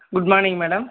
good morning madam